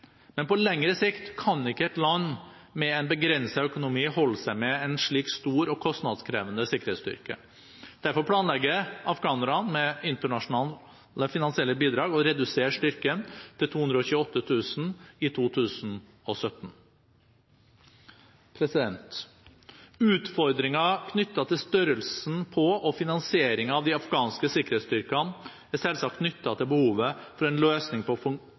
men på lengre sikt kan ikke et land med en begrenset økonomi holde seg med en slik stor og kostnadskrevende sikkerhetsstyrke. Derfor planlegger afghanerne med internasjonale finansielle bidrag å redusere styrken til 228 000 i 2017. Utfordringen knyttet til størrelsen på og finansieringen av de afghanske sikkerhetstyrkene er selvsagt knyttet til behovet for en løsning på